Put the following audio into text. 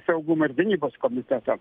saugumo ir gynybos komiteto